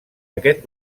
aquest